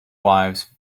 wives